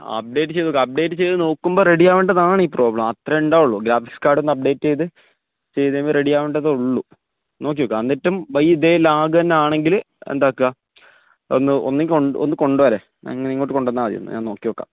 update ചെയ്തുനോക്കൂ update ചെയ്തുനോക്കുമ്പോള് റെഡിയാകേണ്ടതാണ് ഈ പ്രോബ്ലം അത്രയെയുണ്ടാവുകയുള്ളൂ ഗ്രാഫിക്സ് കാർഡ് ഒന്ന് അപ്ഡേറ്റ് ചെയ്ത് ചെയ്തുകഴിയുമ്പോള് റെഡിയാകേണ്ടതെയുള്ളൂ നോക്കിനോക്കൂ എന്നിട്ടും ബായ് ഇതേ ലാഗ് ആണെങ്കില് എന്താണ് ചെയ്യുക ഒന്ന് ഒന്നു കൊണ്ടുവന്നോ ഇങ്ങോട്ടു കൊണ്ടുവന്നാല് മതി ഞാൻ ഒന്ന് നോക്കിനോക്കാം